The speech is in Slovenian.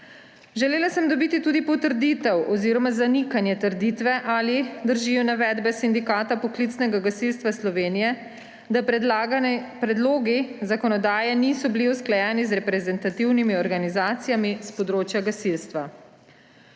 Želela sem dobiti tudi potrditev oziroma zanikanje trditve, ali držijo navedbe Sindikata poklicnega gasilstva Slovenije, da predlogi zakonodaje niso bili usklajeni z reprezentativnimi organizacijami s področja gasilstva.